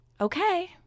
Okay